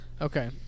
Okay